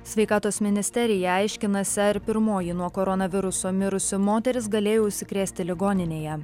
sveikatos ministerija aiškinasi ar pirmoji nuo koronaviruso mirusi moteris galėjo užsikrėsti ligoninėje